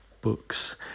books